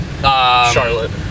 Charlotte